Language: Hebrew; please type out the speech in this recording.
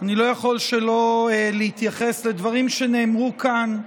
אני לא יכול שלא להתייחס לדברים שנאמרו כאן,